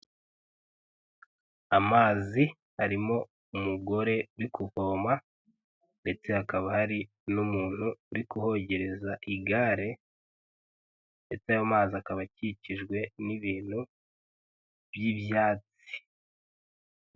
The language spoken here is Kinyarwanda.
Amazi arimo umugore uri kuvoma ndetse hakaba hari n'umuntu uri kuhogereza igare, ndetse ayo mazi akaba akikijwe n'ibintu by'ibyatsi.